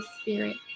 Spirit